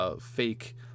Fake